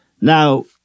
Now